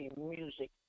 music